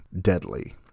deadly